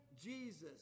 Jesus